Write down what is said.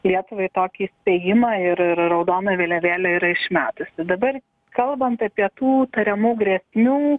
lietuvai tokį įspėjimą ir raudoną vėliavėlę yra išmetusi dabar kalbant apie tų tariamų grėsmių